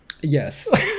Yes